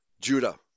Judah